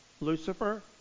Lucifer